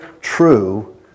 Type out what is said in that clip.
true